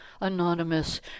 anonymous